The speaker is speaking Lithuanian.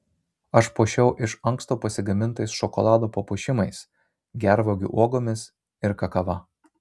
aš puošiau iš anksto pasigamintais šokolado papuošimais gervuogių uogomis ir kakava